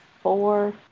four